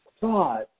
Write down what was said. thought